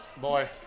Boy